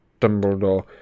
Dumbledore